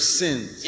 sins